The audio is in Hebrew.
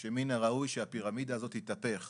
שמן הראוי שהפירמידה הזאת תתהפך,